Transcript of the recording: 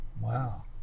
Wow